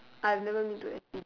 I've never been to s_p gym